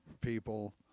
people